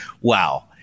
Wow